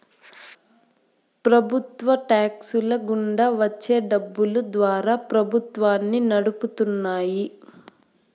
ప్రభుత్వ టాక్స్ ల గుండా వచ్చే డబ్బులు ద్వారా ప్రభుత్వాన్ని నడుపుతున్నాయి